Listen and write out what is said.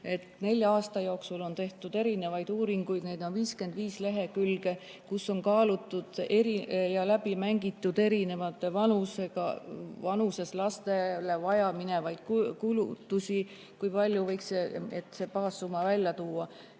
nelja aasta jooksul on tehtud erinevaid uuringuid – neid on 55 lehekülge –, kus on kaalutud ja läbi mängitud erinevas vanuses lastele vajaminevaid kulutusi, et baassumma välja tuua.